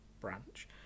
branch